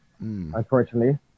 unfortunately